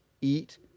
eat